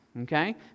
Okay